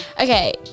Okay